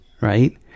right